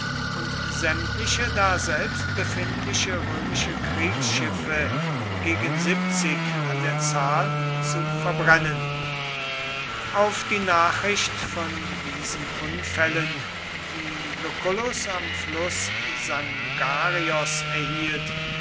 und sämtliche daselbst befindliche römische kriegsschiffe gegen siebzig an der zahl zu verbrennen auf die nachricht von diesen unfällen die lucullus am fluß sangarios erhielt